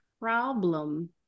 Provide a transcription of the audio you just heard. problem